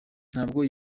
ntabwo